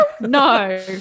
No